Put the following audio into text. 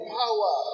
power